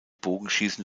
bogenschießen